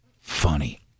Funny